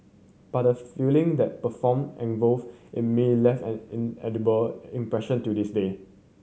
but the feeling that perform involve in me left an inedible impression till this day